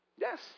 Yes